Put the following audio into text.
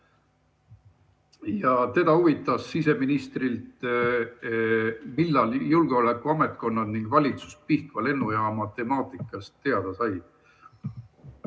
[ja ta küsis] siseministrilt, millal julgeolekuametkonnad ning valitsus Pihkva lennujaama temaatikast teada said.